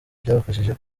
byabafashije